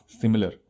similar